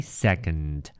second